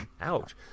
ouch